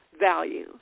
value